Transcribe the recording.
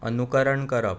अनुकरण करप